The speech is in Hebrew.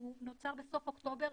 הוא נוצר בסוף אוקטובר.